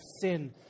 sin